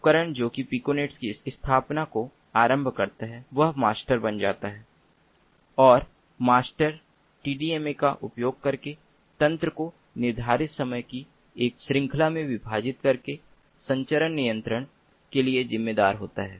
उपकरण जो कि पिकोनेट की स्थापना को आरंभ करता है वह मास्टर बन जाता है और मास्टर टीडीएमए का उपयोग करके तंत्र को निर्धारित समय की एक श्रृंखला में विभाजित करके संचरण नियंत्रण के लिए जिम्मेदार होता है